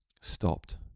stopped